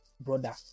brother